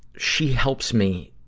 she helps me